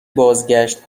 بازگشت